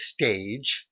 stage